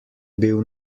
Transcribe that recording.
bil